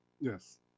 Yes